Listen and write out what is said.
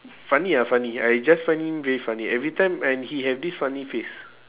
funny ah funny I just find him very funny every time and he have this funny face